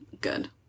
good